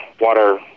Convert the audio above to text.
water